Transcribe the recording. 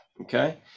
Okay